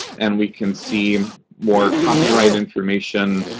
and we can see more copyright information.